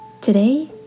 Today